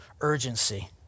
urgency